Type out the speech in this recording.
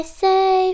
say